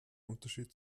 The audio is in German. unterschied